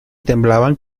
temblaban